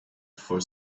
for